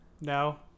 no